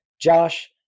Josh